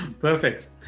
perfect